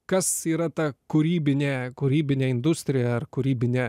kas yra ta kūrybinė kūrybinė industrija ar kūrybinė